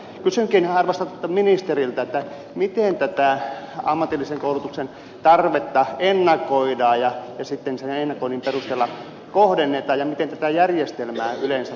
kysynkin arvostetulta ministeriltä miten tätä ammatillisen koulutuksen tarvetta ennakoidaan ja sitten sen ennakoinnin perusteella kohdennetaan ja miten tätä järjestelmää yleensä kehitetään